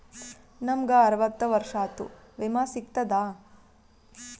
ನಮ್ ಗ ಅರವತ್ತ ವರ್ಷಾತು ವಿಮಾ ಸಿಗ್ತದಾ?